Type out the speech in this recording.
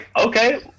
okay